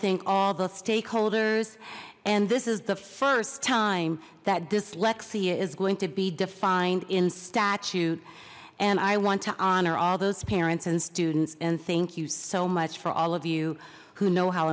thank all the stakeholders and this is the first time that dyslexia is going to be defined in statute and i want to honor all those parents and students and thank you so much for all of you who know how